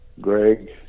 Greg